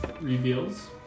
reveals